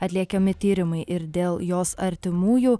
atliekami tyrimai ir dėl jos artimųjų